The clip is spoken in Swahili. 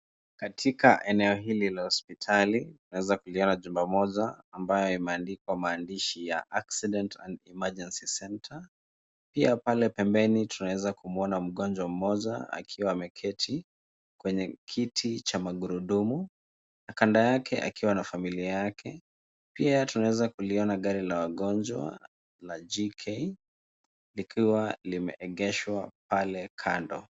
Katika eneo hili la hospitali yunaweza kuliona jumba moja ambaye imeandikwa maandishi ya accident and emergency center, pia pale pembeni tunaweza kumuona mgonjwa mmoza akiwa ameketi kwenye kiti cha magurudumu, na kando yake akiwa na familia yake pia tunaweza kuliona gari la wagonjwa la gk likiwa limeegeshwa pale kando.